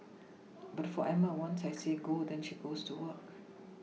but for Emma once I say go then she goes to work